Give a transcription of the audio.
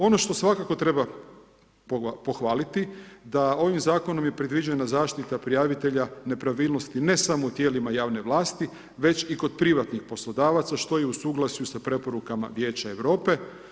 Ono što svakako treba pohvaliti da ovim zakonom je predviđena zaštita prijavitelja nepravilnosti, ne samo u tijelima javne vlasti, već i kod privatnih poslodavaca što je u suglasju sa preporukama Vijeća Europe.